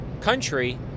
country